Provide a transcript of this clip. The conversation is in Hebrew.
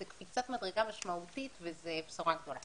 זו קפיצת מדרגה משמעותית וזו בשורה גדולה.